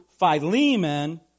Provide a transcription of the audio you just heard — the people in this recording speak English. Philemon